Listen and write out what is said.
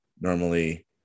normally –